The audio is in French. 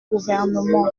gouvernement